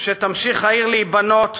שהעיר תמשיך להיבנות,